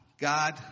God